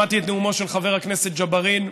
שמעתי את נאומו של חבר הכנסת ג'בארין.